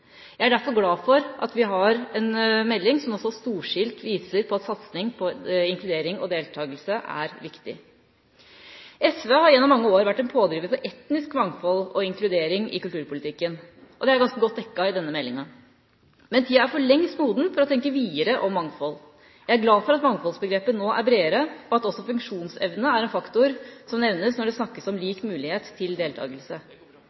Jeg er derfor glad for at vi har en melding som viser at en storstilt satsing på inkludering og deltakelse er viktig. SV har gjennom mange år vært en pådriver for etnisk mangfold og inkludering i kulturpolitikken, og det er ganske godt dekket i denne meldinga. Men tida er for lengst moden for å tenke videre om mangfold. Jeg er glad for at mangfoldsbegrepet nå er bredere, og at også funksjonsevne er en faktor som nevnes når det snakkes om